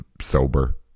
sober